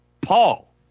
Paul